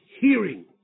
hearing